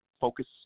focus –